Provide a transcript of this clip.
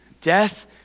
death